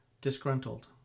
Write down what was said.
Disgruntled